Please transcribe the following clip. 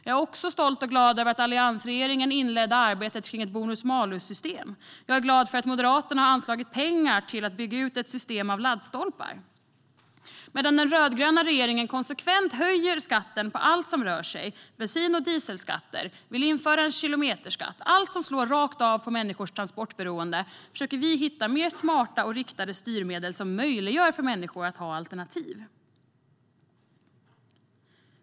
Jag är också stolt och glad över att alliansregeringen inledde arbetet med ett bonus-malus-system. Jag är glad över att Moderaterna har anslagit pengar till att bygga ut ett system med laddstolpar. Den rödgröna regeringen höjer konsekvent skatten på allt som rör sig - bensin och dieselskatter, och man vill införa en kilometerskatt. För allt som slår rakt av på människors transportberoende försöker vi hitta mer smarta och riktade styrmedel för som möjliggör för människor att ha alternativ.